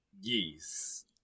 yes